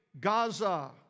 Gaza